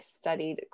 studied